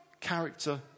character